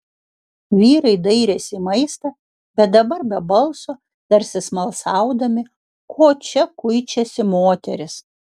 vyrai dairėsi į maistą bet dabar be balso tarsi smalsaudami ko čia kuičiasi moterys